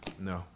No